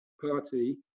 party